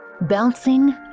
bouncing